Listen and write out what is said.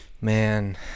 man